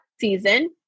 season